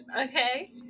Okay